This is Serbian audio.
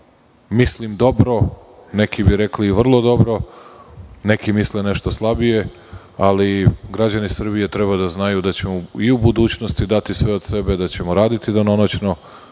mislim dobro, neki bi rekli vrlo dobro, neki misle nešto slabije, ali građani Srbije treba da znaju da ćemo i u budućnosti dati sve od sebe, da ćemo raditi danonoćno,